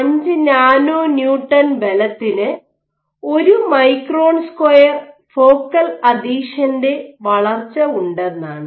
5 nano newton ബലത്തിന് ഒരു micron square focal അഥീഷന്റെ വളർച്ച ഉണ്ടെന്നാണ്